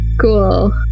Cool